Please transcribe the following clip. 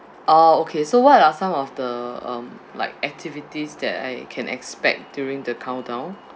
orh okay so what are some of the um like activities that I can expect during the countdown